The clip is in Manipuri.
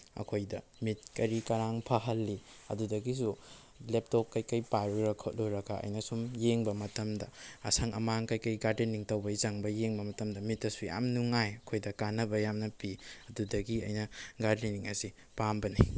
ꯑꯩꯈꯣꯏꯗ ꯃꯤꯠ ꯀꯔꯤ ꯀꯔꯥ ꯐꯍꯜꯂꯤ ꯑꯗꯨꯗꯒꯤꯁꯨ ꯂꯦꯞꯇꯣꯞ ꯀꯩꯀꯩ ꯄꯥꯏꯔꯨꯔ ꯈꯣꯠꯂꯨꯔꯒ ꯑꯩꯅ ꯁꯨꯝ ꯌꯦꯟꯕ ꯃꯇꯝꯗ ꯑꯁꯪ ꯑꯃꯥꯟ ꯀꯩꯀꯩ ꯒꯥꯔꯗꯦꯅꯤꯡ ꯇꯧꯕꯩ ꯆꯪꯕ ꯌꯦꯡꯕ ꯃꯇꯝꯗ ꯃꯤꯠꯇꯁꯨ ꯌꯥꯝ ꯅꯨꯡꯉꯥꯏ ꯑꯩꯈꯣꯏꯗ ꯀꯩꯟꯅꯕ ꯌꯥꯝꯅ ꯄꯤ ꯑꯗꯨꯗꯒꯤ ꯑꯩꯅ ꯒꯥꯔꯗꯦꯅꯤꯡ ꯑꯁꯤ ꯄꯥꯝꯕꯅꯤ